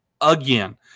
again